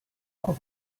auf